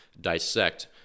dissect